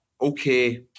Okay